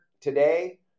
today